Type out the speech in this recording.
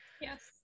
yes